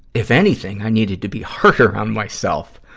if anything, i needed to be harder on myself.